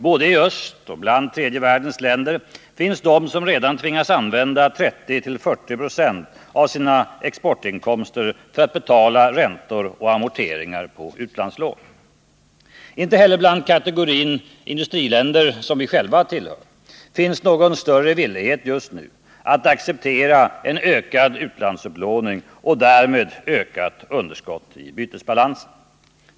Både i öst och bland tredje världens länder finns de som redan tvingas använda 30-40 96 av sina exportinkomster för att betala räntor och amorteringar på utlandslån. Inte heller bland den kategori industriländer som Sverige tillhör finns just nu någon större villighet att acceptera en ökad utlandsupplåning och därmed ökat underskott i bytesbalansen.